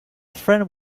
friend